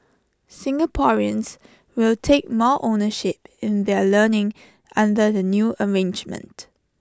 Singaporeans will take more ownership in their learning under the new arrangement